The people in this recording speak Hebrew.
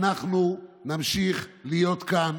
אנחנו נמשיך להיות כאן